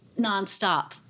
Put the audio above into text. nonstop